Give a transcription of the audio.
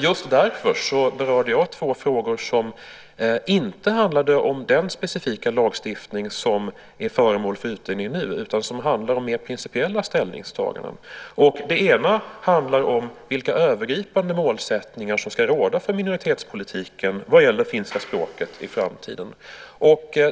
Just därför berörde jag två frågor som inte handlar om den specifika lagstiftning som nu är föremål för utredning utan handlar om mer principiella ställningstaganden. Det ena frågan handlar om vilka övergripande målsättningar som ska råda för minoritetspolitiken vad gäller finska språket i framtiden.